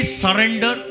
surrender